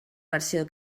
versió